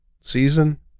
season